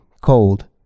cold